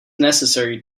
necessary